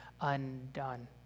undone